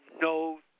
no